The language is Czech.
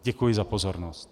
Děkuji za pozornost.